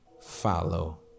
follow